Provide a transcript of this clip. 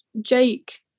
Jake